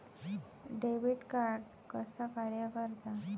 Debit card कसा कार्य करता?